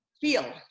feel